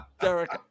Derek